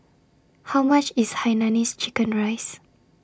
How much IS Hainanese Chicken Rice